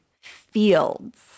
fields